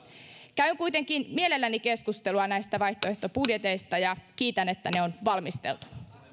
käyn kuitenkin mielelläni keskustelua näistä vaihtoehtobudjeteista ja kiitän että ne on valmisteltu